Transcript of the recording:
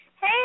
Hey